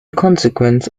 consequence